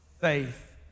faith